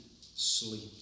sleep